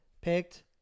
picked